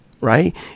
right